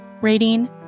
Rating